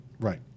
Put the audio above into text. Right